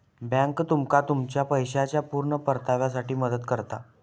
bank तुमका तुमच्या पैशाच्या पुर्ण परताव्यासाठी मदत करता